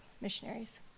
missionaries